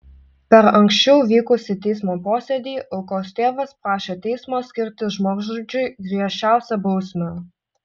per anksčiau vykusį teismo posėdį aukos tėvas prašė teismo skirti žmogžudžiui griežčiausią bausmę